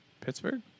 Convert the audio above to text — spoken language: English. Pittsburgh